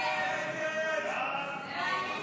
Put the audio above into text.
הסתייגות 1939 לא נתקבלה.